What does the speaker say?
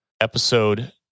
episode